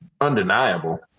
undeniable